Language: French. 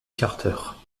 carter